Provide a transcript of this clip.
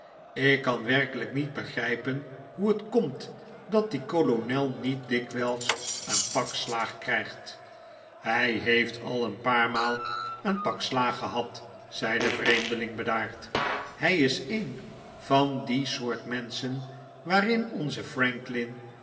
ik kan werkelijk niet begrijpen hoe het komt dat die kolonel niet dikwijls een pak slaag krijgt hij heeft al een paar maal een pak slaag gehad zei de vreemdeling bedaard m hij is een van die soort menschen waarin onze